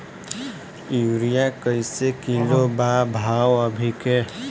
Urea कइसे kilo बा भाव अभी के?